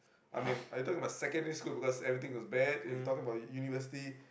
I mean I talking about secondary school because everything was bad if talking about university